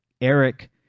eric